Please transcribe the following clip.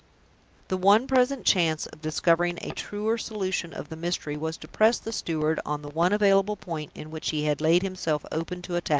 the one present chance of discovering a truer solution of the mystery was to press the steward on the one available point in which he had laid himself open to attack.